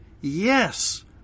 Yes